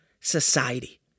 society